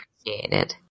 appreciated